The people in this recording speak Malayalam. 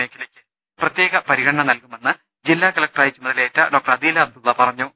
മേഖലയ്ക്ക് പ്രത്യേക പരിഗണന നൽകുമെന്ന് ജില്ലാ കലക്ടറായി ചുമതലയേറ്റ ഡോക്ടർ അദീല അബ്ദുള്ള പറഞ്ഞു